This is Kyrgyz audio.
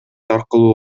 аркылуу